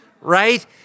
right